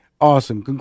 Awesome